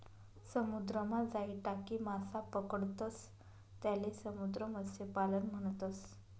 समुद्रमा जाई टाकी मासा पकडतंस त्याले समुद्र मत्स्यपालन म्हणतस